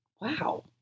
Wow